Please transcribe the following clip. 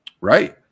Right